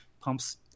pumps